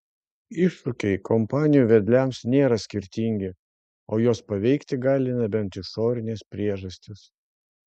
iššūkiai kompanijų vedliams nėra skirtingi o juos paveikti gali nebent išorinės priežastys